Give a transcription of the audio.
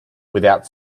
without